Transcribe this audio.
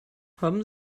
haben